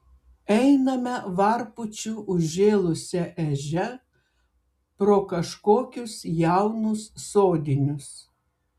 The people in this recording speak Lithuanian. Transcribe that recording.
einame varpučiu užžėlusia ežia pro kažkokius jaunus sodinius